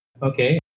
Okay